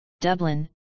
Dublin